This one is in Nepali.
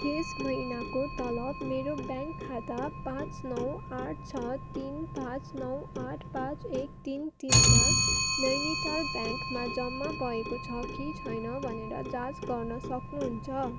यस महिनाको तलब मेरो ब्याङ्क खाता पाँच नौ आठ छ तिन पाँच नौ आठ पाँच एक तिन तिनमा नैनिताल ब्याङ्कमा जम्मा भएको छ कि छैन भनेर जाँच गर्न सक्नुहुन्छ